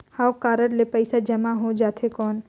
हव कारड ले पइसा जमा हो जाथे कौन?